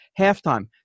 halftime